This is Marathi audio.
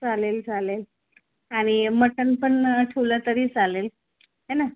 चालेल चालेल आणि मटन पण ठवलं तरी चालेल हो ना